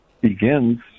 begins